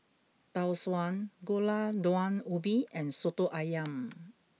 Tau Suan Gulai Daun Ubi and Soto Ayam